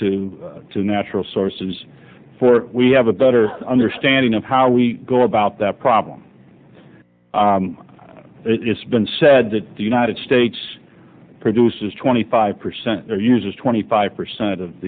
to two natural sources for we have a better understanding of how we go about that problem it's been said that the united states produces twenty five percent or uses twenty five percent of